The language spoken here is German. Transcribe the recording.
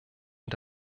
und